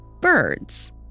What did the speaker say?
birds